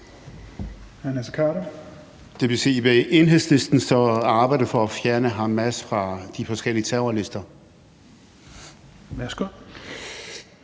Vil Enhedslisten så arbejde for at fjerne Hamas fra de forskellige terrorlister?